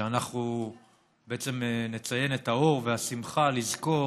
שאנחנו נציין בן את האור והשמחה, לזכור